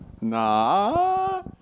Nah